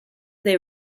they